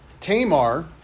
Tamar